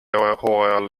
hooajal